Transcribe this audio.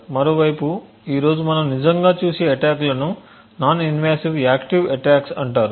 మరోవైపు ఈ రోజు మనం నిజంగా చూసే అటాక్ లను నాన్ ఇన్వాసివ్ యాక్టివ్ అటాక్స్అంటారు